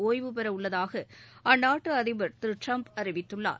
ஒய்வு பெறவுள்ளதாக அந்நாட்டு அதிபர் திரு டிரம்ப் அறிவித்துள்ளார்